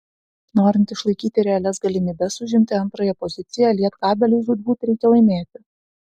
norint išlaikyti realias galimybes užimti antrąją poziciją lietkabeliui žūtbūt reikia laimėti